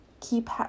keep